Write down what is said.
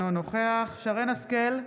אינו נוכח שרן מרים השכל,